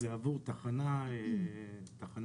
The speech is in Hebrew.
זה עבור תחנה להפעלה,